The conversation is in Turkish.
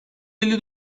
elli